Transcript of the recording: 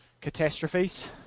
catastrophes